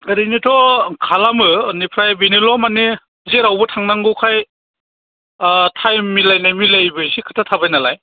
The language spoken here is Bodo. ओरैनोथ' खालामो बेनिफ्राय बेनोल' माने जेरावबो थांनांगौखाय टाइम मिलायनाय मिलायैबो एसे खोथा थाबाय नालाय